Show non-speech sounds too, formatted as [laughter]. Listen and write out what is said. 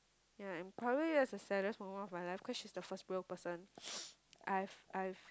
ya and probably that's the saddest moment of my life cause she's the first real person [noise] I've I've